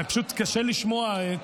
פשוט קשה לשמוע.